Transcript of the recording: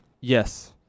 Yes